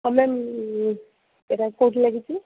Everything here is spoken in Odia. ହଁ ମ୍ୟାମ୍ ଏଇଟା କେଉଁଠି ଲାଗିଛି